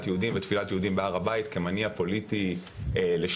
יהודים ותפילת יהודים בהר הבית כמניע פוליטי לשליטה